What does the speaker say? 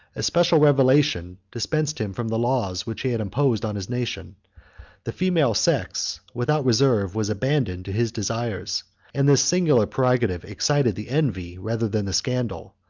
a special revelation dispensed him from the laws which he had imposed on his nation the female sex, without reserve, was abandoned to his desires and this singular prerogative excited the envy, rather than the scandal,